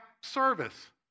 service